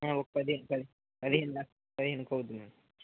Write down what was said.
ఒక పది పదిహేను పదిహేనుదా పదిహేనుకి అవ్వుద్ది మేడం